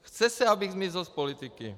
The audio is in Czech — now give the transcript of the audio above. Chce se, abych zmizel z politiky.